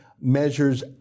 Measures